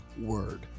word